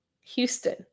Houston